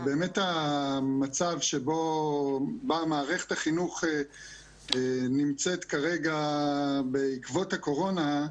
באמת המצב שבו מערכת החינוך נמצאת כרגע בעקבות הקורונה,